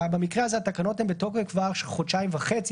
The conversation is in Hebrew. במקרה הזה התקנות בתוקף כבר חודשיים וחצי,